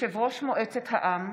יושב-ראש מועצת העם,